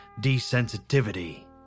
desensitivity